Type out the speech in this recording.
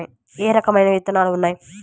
ఏ రకమైన విత్తనాలు ఉన్నాయి?